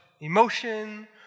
emotion